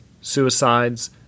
suicides